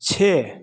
छओ